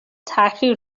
تاخیر